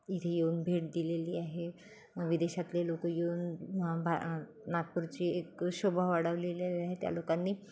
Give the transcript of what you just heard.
इथे येऊन भेट दिलेली आहे विदेशातले लोकं येऊन भा नागपूरची एक शोभा वाढवलेलेली आहे त्या लोकांनी